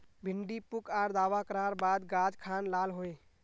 भिन्डी पुक आर दावा करार बात गाज खान लाल होए?